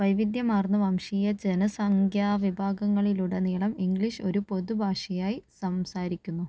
വൈവിധ്യമാർന്ന വംശീയ ജനസംഖ്യാ വിഭാഗങ്ങളിലുടനീളം ഇംഗ്ലീഷ് ഒരു പൊതു ഭാഷയായി സംസാരിക്കുന്നു